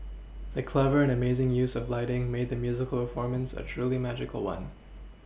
the clever and amazing use of lighting made the musical performance a truly magical one